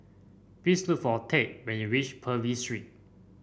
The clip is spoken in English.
please look for Tate when you reach Purvis Street